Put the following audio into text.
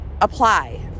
apply